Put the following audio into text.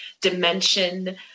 dimension